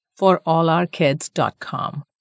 forallourkids.com